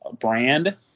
brand